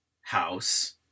house